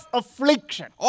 affliction